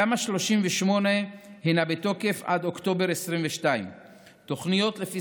תמ"א 38 הינה בתוקף עד אוקטובר 2022. תוכניות לפי